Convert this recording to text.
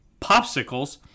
popsicles